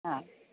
ആ